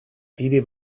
hiri